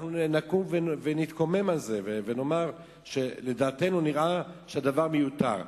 נקום ונתקומם על זה ונאמר שלדעתנו נראה שהדבר מיותר.